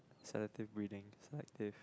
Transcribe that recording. selective reading selective